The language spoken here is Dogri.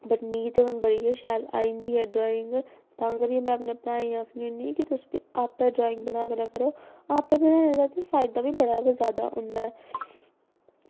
वट मिगी ते हून बड़ी गै शैल आई जंदी ड्राईंग तां करियै में अपने भ्राएं गी आखनी होन्नी कि तुस बी आपें ड्राईंग बना लेआ करो अपना बनाने कन्नै फायदा बी बड़ा जैदा होंदा ऐ